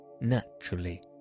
naturally